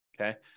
okay